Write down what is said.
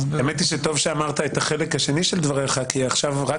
האמת היא שטוב שאמרת את החלק השני של דבריך כי עכשיו רק